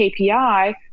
KPI